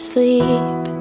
Sleep